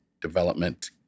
Development